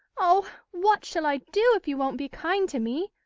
oh! what shall i do if you won't be kind to me?